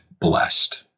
blessed